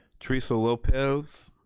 teresa lopez,